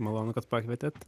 malonu kad pakvietėt